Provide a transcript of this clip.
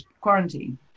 quarantine